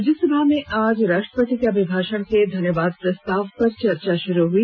राज्यसभा में आज राष्ट्रपति के अभिभाषण के धन्यवाद प्रस्ताव पर चर्चा शुरू हुई